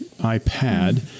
iPad